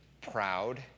proud